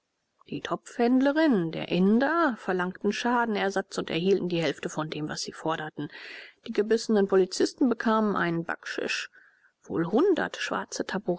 die topfhändlerin der inder verlangten schadenersatz und erhielten die hälfte von dem was sie forderten die gebissenen polizisten bekamen einen backschisch wohl hundert schwarze